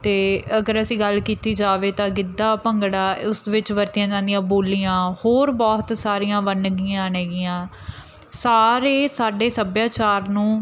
ਅਤੇ ਅਗਰ ਅਸੀਂ ਗੱਲ ਕੀਤੀ ਜਾਵੇ ਤਾਂ ਗਿੱਧਾ ਭੰਗੜਾ ਉਸ ਵਿੱਚ ਵਰਤੀਆ ਜਾਂਦੀਆਂ ਬੋਲੀਆਂ ਹੋਰ ਬਹੁਤ ਸਾਰੀਆਂ ਵੰਨਗੀਆਂ ਨੇਗੀਆਂ ਸਾਰੇ ਸਾਡੇ ਸੱਭਿਆਚਾਰ ਨੂੰ